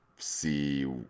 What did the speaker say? see